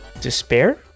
Despair